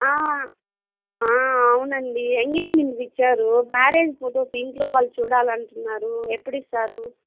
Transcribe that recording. ఆ అవునండి ఎంగేజ్మెంట్విచ్చారు మ్యారేజ్ ఫొటోస్ ఇంట్లో వాళ్ళు చూడాలంటున్నారు ఎప్పుడిస్తారు